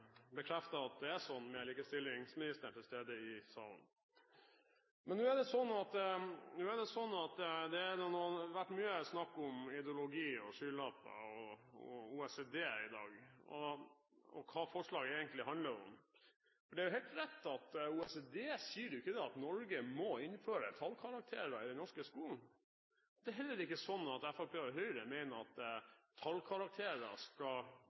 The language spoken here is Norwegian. bekrefter at det er slik – med likestillingsministeren til stede i salen. Nå har det vært mye snakk om ideologi, skylapper og OECD i dag, og hva forslaget egentlig handler om. Det er jo helt rett at OECD ikke sier at Norge må innføre tallkarakterer i den norske skolen. Det er heller ikke slik at Fremskrittspartiet og Høyre mener at tallkarakterer skal